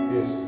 Yes